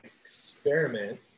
experiment